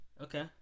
okay